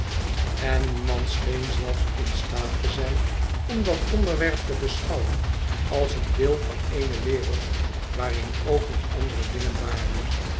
en niemand scheen zelfs in staat te zijn om dat onderwerp te beschouwen als een deel van eene wereld waarin ook nog andere dingen waren